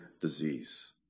disease